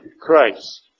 Christ